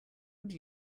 would